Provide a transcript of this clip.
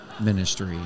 ministry